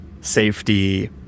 safety